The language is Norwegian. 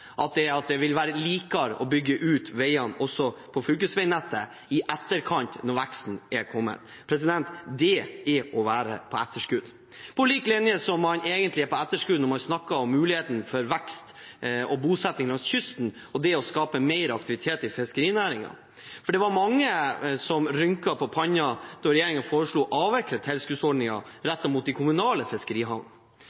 å bygge ut veiene også på fylkesveinettet i etterkant, når veksten er kommet. Det er å være på etterskudd, på lik linje med at man egentlig er på etterskudd når man snakker om muligheten for vekst og bosetting langs kysten og det å skape mer aktivitet i fiskerinæringen – for det var mange som rynket pannen da regjeringen foreslo å avvikle tilskuddsordningen rettet mot de kommunale